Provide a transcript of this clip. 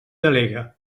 delegue